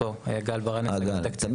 פה, גל ברנס, אגף תקציבים.